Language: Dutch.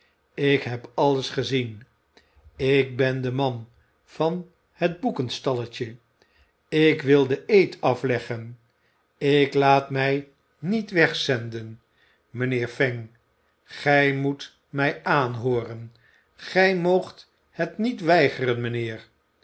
ik heb alles gezien ik ben de man van het boekenstalletje ik wil den eed afleggen ik laat mij niet wegzenden mijnheer fang gij moet mij aanhooren gij moogt het niet weigeren mijnheer